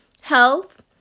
health